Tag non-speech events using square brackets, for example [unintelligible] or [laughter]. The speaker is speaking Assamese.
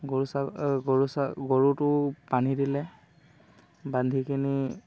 গৰু [unintelligible] গৰুটো [unintelligible] দিলে বান্ধি কিনি